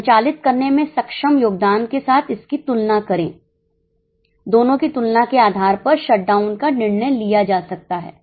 संचालित करने में सक्षम योगदान के साथ इसकी तुलना करें दोनों की तुलना के आधार परशटडाउन का निर्णय लिया जा सकता है